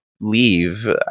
leave